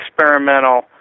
experimental